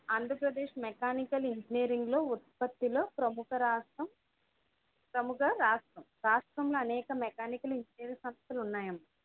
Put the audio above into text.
Andhra Pradesh mechanical ఇంజినీరింగ్లో ఉత్పత్తిలో ప్రముఖ రాష్ట్రం ప్రముఖ రాష్ట్రంలో అనేక మెకానికల్ ఇంజినీరింగ్ సంస్థలు ఉన్నాయి అమ్మా